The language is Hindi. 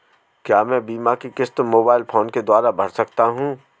क्या मैं बीमा की किश्त मोबाइल फोन के द्वारा भर सकता हूं?